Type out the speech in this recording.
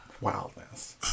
Wildness